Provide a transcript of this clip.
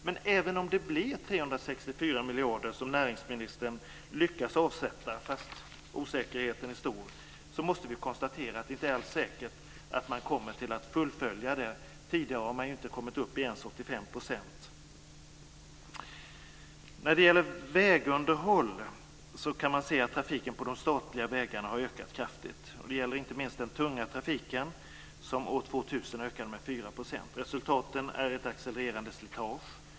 Men även om näringsministern lyckas avsätta 364 miljarder, fast osäkerheten är stor, måste vi konstatera att det inte alls är säkert att man kommer att fullfölja detta. Tidigare har man ju inte ens kommit upp i När det gäller vägunderhållet kan man se att trafiken på de statliga vägarna har ökat kraftigt. Det gäller inte minst den tunga trafiken som år 2000 ökade med 4 %. Resultatet är ett accelererande slitage.